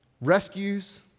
rescues